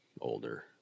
older